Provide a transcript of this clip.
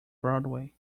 broadway